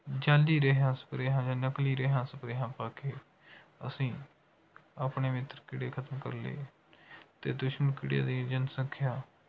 ਜਾਅਲੀ ਰੇਹਾਂ ਸਪ੍ਰੇਹਾਂ ਦਾ ਨਕਲੀ ਰੇਹਾਂ ਸਪ੍ਰੇਹਾਂ ਪਾ ਕੇ ਅਸੀਂ ਆਪਣੇ ਮਿੱਤਰ ਕੀੜੇ ਖ਼ਤਮ ਕਰ ਲਏ ਅਤੇ ਦੁਸ਼ਮਣ ਕੀੜੇ ਦੀ ਜਨਸੰਖਿਆ